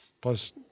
Plus